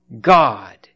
God